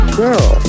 girl